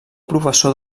professor